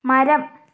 മരം